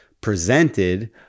presented